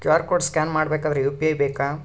QR code scan ಮಾಡಬೇಕಾದರೆ UPI ಬೇಕಾ?